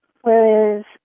Whereas